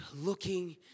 looking